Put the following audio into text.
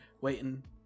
waiting